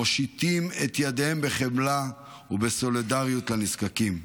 מושיטים את ידיהם בחמלה ובסולידריות לנזקקים.